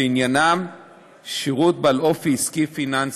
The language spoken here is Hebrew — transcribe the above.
שעניינן שירות בעל אופי עסקי פיננסי,